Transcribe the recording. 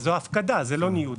זוהי הפקדה; זהו לא ניוד.